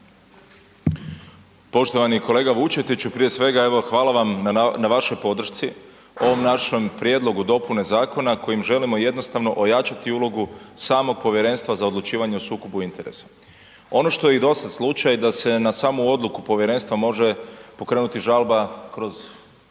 Poštovani kolega Vučetiću, prije svega evo hvala vam na vašoj podršci. Ovom našom prijedlogu dopune zakona kojim želimo jednostavno ojačati ulogu samog Povjerenstva za odlučivanje o sukobu interesa. Ono što je i dosad slučaj da se na samu odluku povjerenstva može pokrenuti žalba kroz